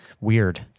weird